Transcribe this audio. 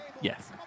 Yes